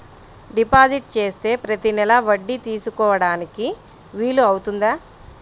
Deposit చేస్తే ప్రతి నెల వడ్డీ తీసుకోవడానికి వీలు అవుతుందా?